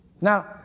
Now